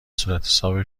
صورتحساب